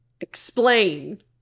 Explain